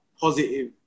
positive